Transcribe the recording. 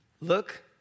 Look